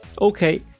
Okay